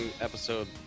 episode